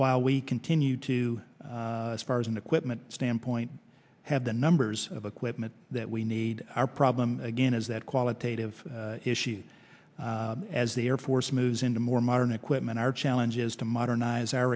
while we continue to spar as an equipment standpoint have the numbers of equipment that we need our problem again is that qualitative issue as the air force moves into more modern equipment our challenge is to modernize our